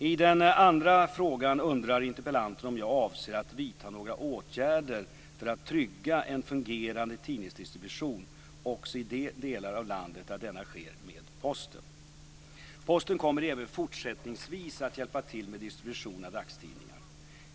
I den andra frågan undrar interpellanten om jag avser att vidta några åtgärder för att trygga en fungerande tidningsdistribution också i de delar av landet där denna sker med Posten. Posten kommer även fortsättningsvis att hjälpa till med distribution av dagstidningar.